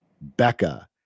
becca